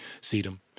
sedum